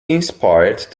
inspired